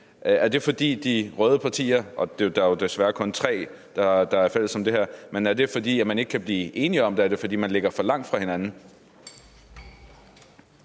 Er det, fordi de røde partier – der er desværre kun tre, der er fælles om det her forslag til vedtagelse – ikke kan blive enige om det? Er det, fordi man ligger for langt fra hinanden?